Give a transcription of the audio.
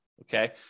Okay